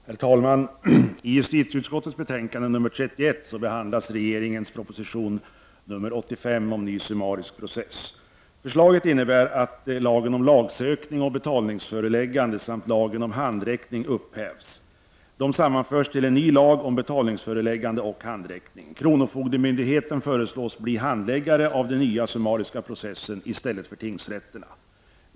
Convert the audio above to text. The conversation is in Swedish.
Herr talman! I justitieutskottets betänkande nr 31 behandlas regeringens proposition nr 85 om ny summarisk process. Förslaget innebär att lagen om lagsökning och betalningsföreläggande samt lagen om handräckning upphävs. De sammanförs till en ny lag om betalningsföreläggande och handräckning. Kronofogdemyndigheten föreslås bli handläggare av den nya summariska processen i stället för tingsrätterna.